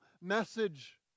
message